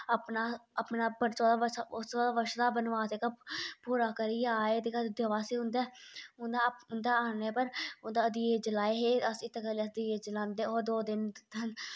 अपना अपना चौदा वर्श दा ओह् चौदा वर्श दा बनवास जेह्का पूरा करियै आये ते अयोध्या बासी उंदे आने उप्पर उंदा दिये जलाए हे अस इत गल्ला दीये जलांदे होर दो दिन